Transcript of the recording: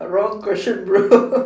wrong question bro